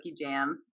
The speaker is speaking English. jam